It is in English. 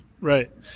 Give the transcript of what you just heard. Right